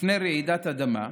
בפני רעידת אדמה,